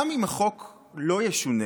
גם אם החוק לא ישונה,